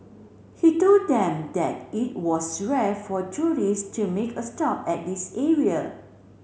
he told them that it was rare for tourist to make a stop at this area